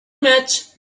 much